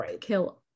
kill